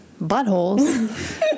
buttholes